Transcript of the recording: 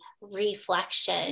reflection